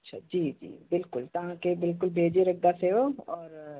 अच्छा जी जी बिल्कुलु तव्हांखे बिल्कुलु भेजे रहंदासीं और